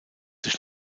sich